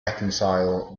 reconcile